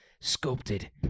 sculpted-